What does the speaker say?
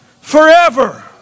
forever